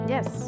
Yes